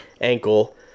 ankle